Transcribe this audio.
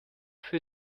für